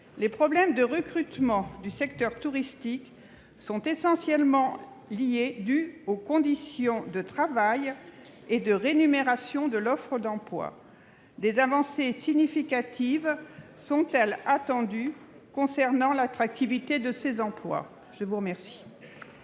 les problèmes de recrutement du secteur touristique sont essentiellement dus aux conditions de travail et de rémunération des emplois offerts. Des avancées significatives sont-elles attendues concernant l'attractivité de ces emplois ? La parole